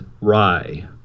rye